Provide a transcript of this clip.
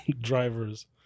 drivers